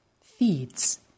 feeds